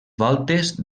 voltes